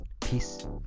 Peace